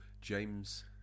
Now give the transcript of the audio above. James